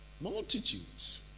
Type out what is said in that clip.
Multitudes